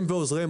הם ועוזריהם,